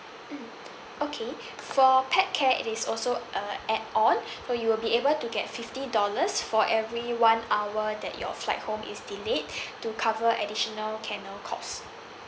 mm okay for pet care it is also uh add on so you will be able to get fifty dollars for every one hour that your flight home is delayed to cover additional kennel costs